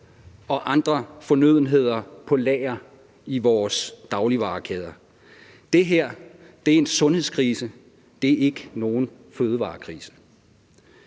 og andre fornødenheder på lager i vores dagligvarekæder. Det her er en sundhedskrise – det er ikke nogen fødevarekrise.